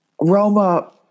Roma